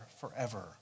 forever